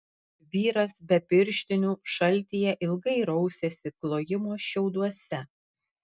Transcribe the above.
vyras be pirštinių šaltyje ilgai rausėsi klojimo šiauduose